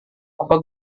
apa